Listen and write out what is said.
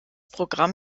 programm